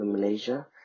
Malaysia